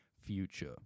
future